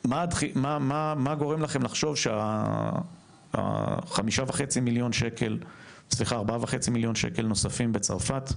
מה גורם לכם לחשוב שה- 4.5 מיליון שקל נוספים בצרפת,